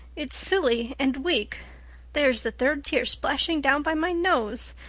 it's silly and weak there's the third tear splashing down by my nose.